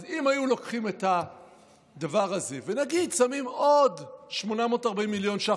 אז אם היו לוקחים את הדבר הזה ונגיד שמים עוד 840 מיליון שקלים,